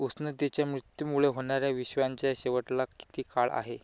उष्णतेच्या मृत्यूमुळे होणाऱ्या विश्वाच्या शेवटाला किती काळ आहे